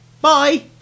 Bye